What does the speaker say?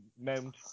mount